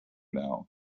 now